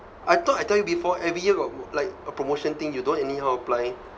I thought I tell you before every year got like a promotion thing you don't anyhow apply